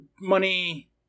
money